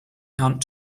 ant